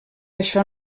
això